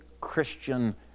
Christian